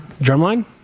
Drumline